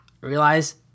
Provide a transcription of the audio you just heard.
realize